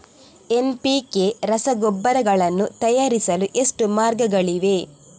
NPK ರಸಗೊಬ್ಬರಗಳನ್ನು ತಯಾರಿಸಲು ಎಷ್ಟು ಮಾರ್ಗಗಳಿವೆ?